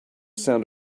sound